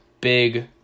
big